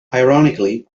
ironically